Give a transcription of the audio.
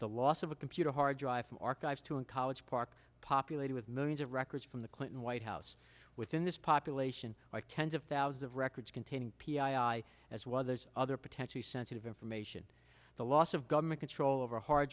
the loss of a computer hard drive from archives to a college park populated with millions of records from the clinton white house within this population by tens of thousands of records containing p e i as well there's other potentially sensitive in from a the loss of government control over a hard